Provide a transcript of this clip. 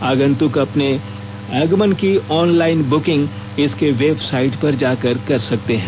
आगंतुक अपने आगमन की ऑनलाइन बुकिंग इसके वेबसाइट पर जाकर कर सकते हैं